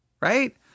right